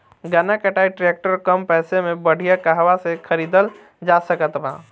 गन्ना कटाई ट्रैक्टर कम पैसे में बढ़िया कहवा से खरिदल जा सकत बा?